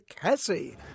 Cassie